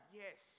yes